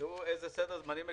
תראו איזה סדר זמנים מקוצר,